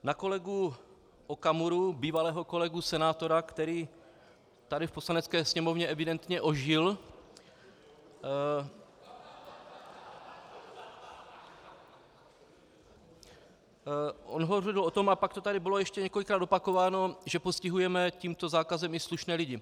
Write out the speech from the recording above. Na kolegu Okamuru, bývalého kolegu senátora, který tady v Poslanecké sněmovně evidentně ožil , on hovořil o tom a pak to tady bylo ještě několikrát opakováno, že postihujeme tímto zákazem i slušné lidi.